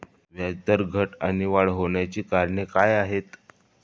व्याजदरात घट आणि वाढ होण्याची कारणे काय आहेत?